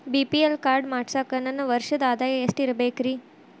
BPL card ಮಾಡ್ಸಾಕ ನನ್ನ ವರ್ಷದ್ ಆದಾಯ ಎಷ್ಟ ಇರಬೇಕ್ರಿ?